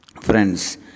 Friends